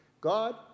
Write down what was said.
God